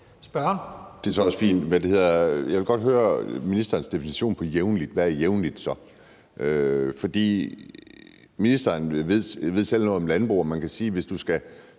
Det er så også fint. Men jeg vil godt høre ministerens definition på jævnligt. Hvad er jævnligt? For ministeren ved selv noget om landbrug, og man kan sige, at hvis du skal